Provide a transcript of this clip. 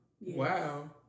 Wow